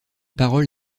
parole